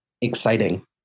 exciting